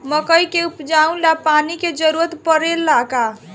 मकई के उपजाव ला पानी के जरूरत परेला का?